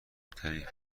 ترین